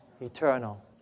Eternal